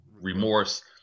remorse